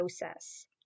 process